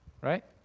Right